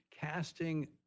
casting